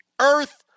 earth